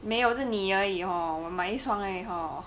没有是你而已 hor 我买一双而已 hor